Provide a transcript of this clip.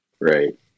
Right